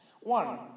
One